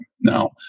Now